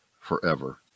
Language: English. Forever